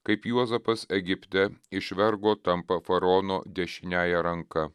kaip juozapas egipte iš vergo tampa faraono dešiniąja ranka